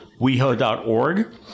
weho.org